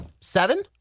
seven